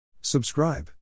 Subscribe